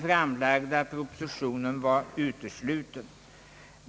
hyreslagstiftningen positionen var utesluten.